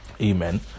Amen